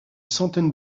centaine